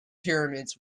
pyramids